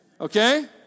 Okay